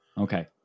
Okay